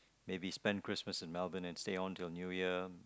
maybe spend Christmas in Melbourne and stay on till a New Year